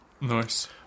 Nice